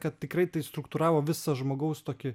kad tikrai tai struktūravo visą žmogaus tokį